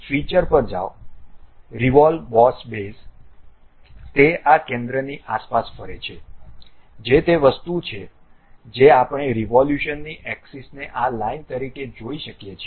હવે ફીચર પર જાઓ રીવોલ્વ બોસ બેઝ તે આ કેન્દ્રની આસપાસ ફરે છે જે તે વસ્તુ છે જે આપણે રીવોલ્યુશન ની એક્સિસને આ લાઇન તરીકે જોઈ શકીએ છીએ